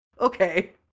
okay